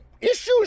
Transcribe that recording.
issues